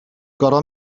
gorfod